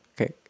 Okay